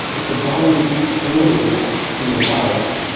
if the body overreacts to your virus,